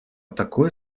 такой